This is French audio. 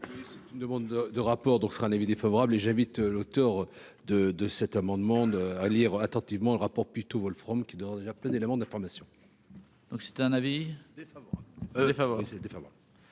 rapporteur. Demande de rapport dont sera un avis défavorable, et j'invite l'auteur de de cet amendement à lire attentivement le rapport pu tout Wolfromm qui dort, il y a plein d'éléments d'information. Donc c'est un avis défavorable